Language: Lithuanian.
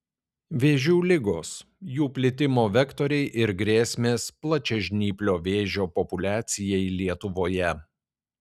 vėžių ligos jų plitimo vektoriai ir grėsmės plačiažnyplio vėžio populiacijai lietuvoje